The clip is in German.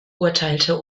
urteilte